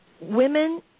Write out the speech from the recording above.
women